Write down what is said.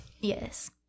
Yes